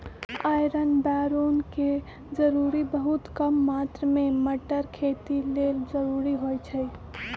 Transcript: iron boron के जरूरी बहुत कम मात्र में मतर खेती लेल जरूरी होइ छइ